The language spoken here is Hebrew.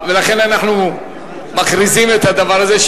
לכן אנחנו מכריזים את הדבר הזה,